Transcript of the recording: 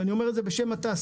ואני אומר את זה בשם התעשייה,